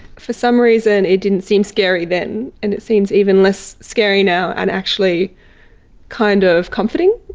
for some reason it didn't seem scary then and it seems even less scary now and actually kind of comforting.